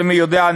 למי שיודע,